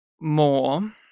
more